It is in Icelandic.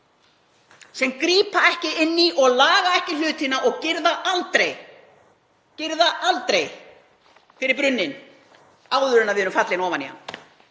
sem grípa ekki inn í og laga ekki hlutina og girða aldrei fyrir brunninn áður en við erum fallin ofan í hann.